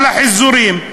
על החיזורים,